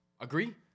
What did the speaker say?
agree